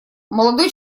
молодой